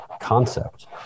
concept